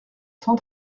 cent